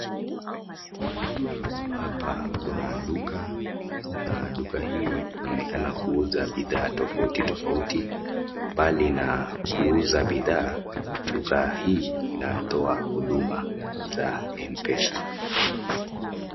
Hapa kuna duka na duka hii inaonekana kuuza bidhaa tofauti tofauti. Mbali na kuuza bidhaa, duka hii inatoa huduma za Mpesa.